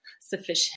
sufficient